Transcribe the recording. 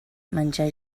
menjar